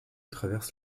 traverse